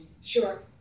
Sure